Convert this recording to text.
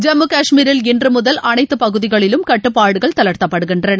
ஜம்மு கஷ்மரில் இன்று முதல் அனைத்து பகுதிகளிலும் கட்டுப்பாடுகள் தளர்த்தப்படுகின்றன